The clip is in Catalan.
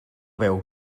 beu